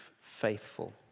faithful